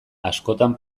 askotan